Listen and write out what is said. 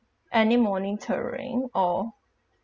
any monitoring or